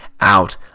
out